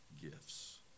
gifts